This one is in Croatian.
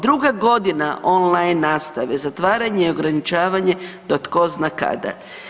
Druga godina online nastave, zatvaranje i ograničavanje do tko zna kada.